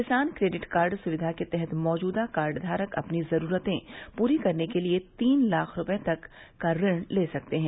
किसान credit card सुविधा के तहत मौजूदा कार्डघारक अपनी जरूरते पूरी करने के लिए तीन लाख रूपये तक का ऋण ले सकते हैं